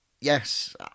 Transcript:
Yes